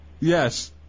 yes